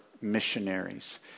missionaries